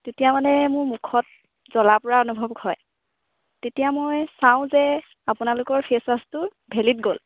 তেতিয়া মানে মোৰ মুখত জ্বলা পোৰা অনুভৱ হয় তেতিয়া মই চাওঁ যে আপোনালোকৰ ফেচ ৱাশ্বটোৰ ভেলিড গ'ল